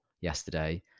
yesterday